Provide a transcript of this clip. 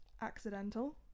accidental